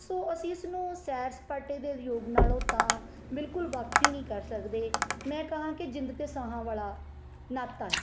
ਸੋ ਅਸੀਂ ਇਸ ਨੂੰ ਸੈਰ ਸਪਾਟੇ ਦੇ ਉਦਯੋਗ ਨਾਲੋਂ ਤਾਂ ਬਿਲਕੁਲ ਵੱਖ ਹੀ ਨਹੀਂ ਕਰ ਸਕਦੇ ਮੈਂ ਕਹਾ ਕਿ ਜਿੰਦ 'ਤੇ ਸਾਹਾਂ ਵਾਲਾ ਨਾਤਾ ਹੈ